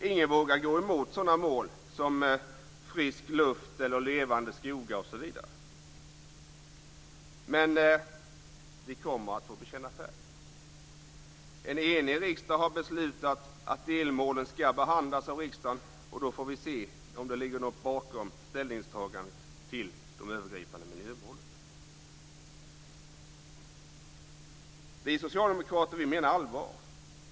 Ingen vågar gå emot sådana mål som frisk luft, levande skogar osv., men vi kommer att få bekänna färg. En enig riksdag har beslutat att delmålen ska behandlas av riksdagen, och då får vi se om det ligger något bakom ställningstagandet till de övergripande miljömålen. Vi socialdemokrater menar allvar.